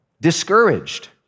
discouraged